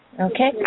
Okay